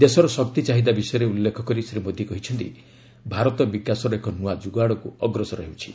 ଦେଶର ଶକ୍ତି ଚାହିଦା ବିଷୟ ଉଲ୍ଲେଖ କରି ଶ୍ରୀ ମୋଦୀ କହିଛନ୍ତି ଭାରତ ବିକାଶର ଏକ ନୂଆ ଯୁଗ ଆଡ଼କୁ ଅଗ୍ରସର ହେଉଛି